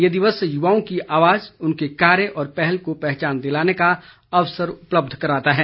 यह दिवस युवाओं की आवाज उनके कार्य और पहल को पहचान दिलाने का अवसर उपलब्ध कराता है